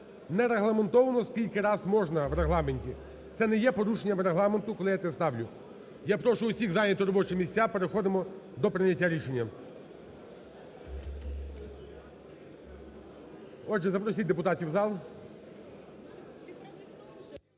не регламентовано скільки раз можна в Регламенті. Це не є порушенням Регламенту, коли я це ставлю. Я прошу усіх зайняти робочі місця. Переходимо до прийняття рішення. Отже запросіть депутатів в зал.